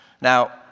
Now